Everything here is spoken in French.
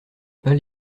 pas